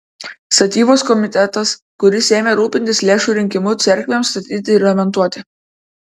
statybos komitetas kuris ėmė rūpintis lėšų rinkimu cerkvėms statyti ir remontuoti